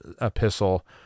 epistle